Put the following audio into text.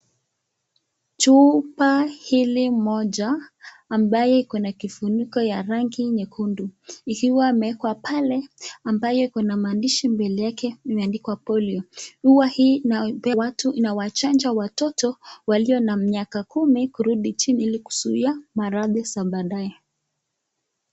Chupa hili moja ambaye iko na kifuniko ya rangi nyekundu ikiwa imewekwa pale ambaye kuna maandishi mbele yake imeandikwa polio huwa hii watu inawachanja watoto waliyo na miaka kumi kurudi chini hili kuzuia maradhi za badaye.